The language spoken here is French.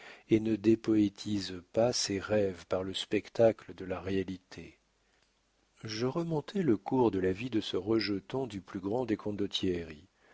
et ne dépoétise pas ses rêves par le spectacle de la réalité je remontais le cours de la vie de ce rejeton du plus grand des condottieri en